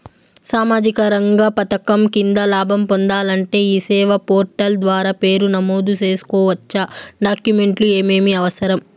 సామాజిక రంగ పథకం కింద లాభం పొందాలంటే ఈ సేవా పోర్టల్ ద్వారా పేరు నమోదు సేసుకోవచ్చా? డాక్యుమెంట్లు ఏమేమి అవసరం?